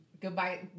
goodbye